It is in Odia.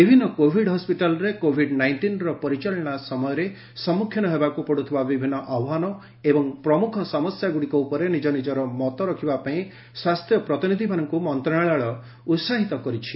ବିଭିନ୍ନ କୋଭିଡ ହସ୍କିଟାଲରେ କୋଭିଡ ନାଇଷ୍ଟିନ୍ର ପରିଚାଳନା ସମୟରେ ସମ୍ମୁଖୀନ ହେବାକୁ ପଡୁଥିବା ବିଭିନ୍ନ ଆହ୍ବାନ ଏବଂ ପ୍ରମୁଖ ସମସ୍ୟାଗୁଡ଼ିକ ଉପରେ ନିକନିଜର ମତ ରଖିବାପାଇଁ ସ୍ୱାସ୍ଥ୍ୟ ପ୍ରତିନିଧିମାନଙ୍କୁ ମନ୍ତ୍ରଣାଳୟ ଉତ୍ସାହିତ କରିଛି